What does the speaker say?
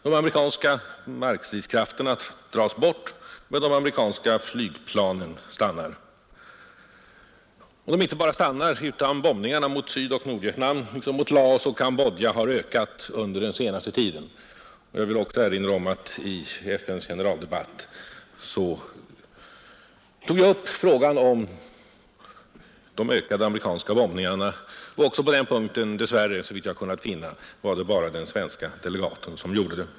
De amerikanska markstridskrafterna dras bort, men de amerikanska flygplanen stannar. De inte bara stannar, utan bombningarna mot Sydoch Nordvietnam liksom mot Laos och Kambodja har ökat under den senaste tiden. Jag vill också erinra om att i FN:s generaldebatt tog jag upp frågan om de ökade amerikanska bombningarna. Även på den punkten var det dess värre, såvitt jag kunnat finna, bara den svenske delegaten som gjorde det.